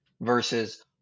versus